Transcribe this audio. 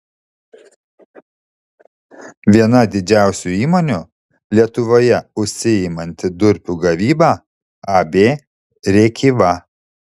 viena didžiausių įmonių lietuvoje užsiimanti durpių gavyba ab rėkyva